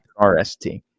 RST